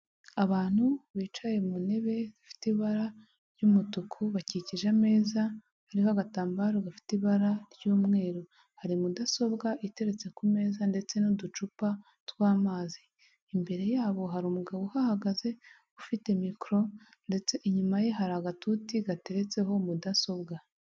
Abantu bicaye mu ntebe zifite ibara ry'umutuku bakikije ameza hariho agatambaro gafite ibara ry'umweru hari mudasobwa iteretse ku meza ndetse n'uducupa tw'amazi imbere yabo hari umugabo uhagaze ufite mikoro ndetse inyuma ye hari agatuti gateretseho mudasobwa.